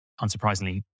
unsurprisingly